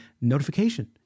notification